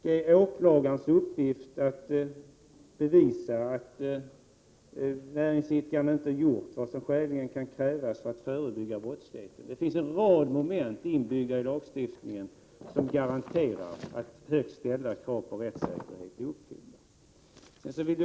Det är åklagarens uppgift att bevisa att näringsidkaren inte har gjort vad som skäligen har kunnat krävas för att förebygga brottslighet. Det finns en rad moment inbyggda i lagstiftningen som garanterar att högt ställda krav på rättssäkerhet uppfylls.